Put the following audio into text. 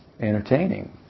entertaining